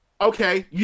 okay